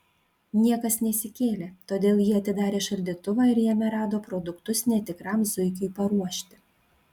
niekas nesikėlė todėl ji atidarė šaldytuvą ir jame rado produktus netikram zuikiui paruošti